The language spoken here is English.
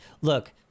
look